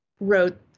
wrote